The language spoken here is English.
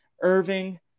Irving